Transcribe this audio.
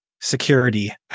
security